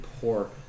poor